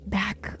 back